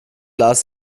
las